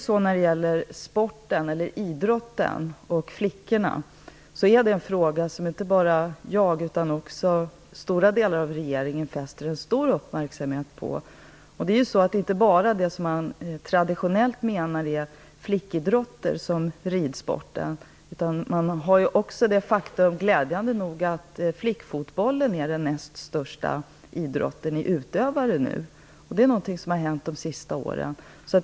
Frågan om idrotten och flickorna fäster inte bara jag utan också stora delar av regeringen en stor uppmärksamhet på. Det handlar ju inte bara om de sporter som man traditionellt menar är flickidrotter, t.ex. ridsporten. Glädjande nog är flickfotbollen nu den näst största idrotten, om man ser till antalet utövare. En ökning har skett under de senaste åren.